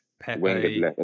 Pepe